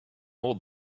all